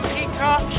Peacock